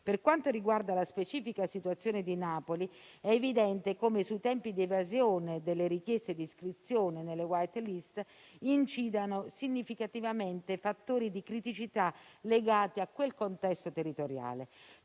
Per quanto riguarda la specifica situazione di Napoli, è evidente come sui tempi di evasione delle richieste di iscrizione nelle *white list* incidano significativamente fattori di criticità legati a quel contesto territoriale,